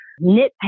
Nitpick